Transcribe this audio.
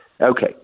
Okay